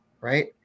right